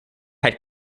had